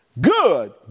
Good